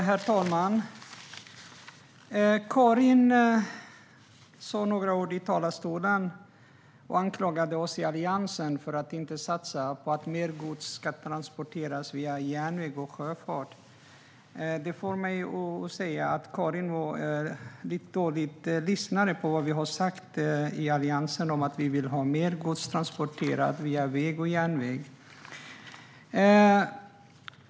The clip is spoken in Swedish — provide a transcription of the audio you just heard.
Herr talman! Karin Svensson Smith sa några ord i talarstolen och anklagade oss i Alliansen för att inte satsa på att mer gods ska transporteras via järnväg och sjöfart. Karin har lyssnat dåligt på vad Alliansen har sagt, för vi vill ha mer gods transporterat via väg och järnväg.